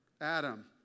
Adam